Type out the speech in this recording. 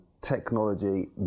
technology